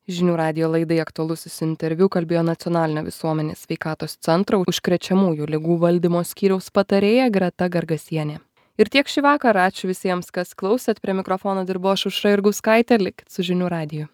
žinių radijo laidai aktualusis interviu kalbėjo nacionalinio visuomenės sveikatos centro užkrečiamųjų ligų valdymo skyriaus patarėja greta gargasienė ir tiek šįvakar ačiū visiems kas klausėt prie mikrofono dirbau aš aušra jurgauskaitė likit su žinių radiju